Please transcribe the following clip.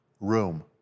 room